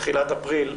בתחילת אפריל,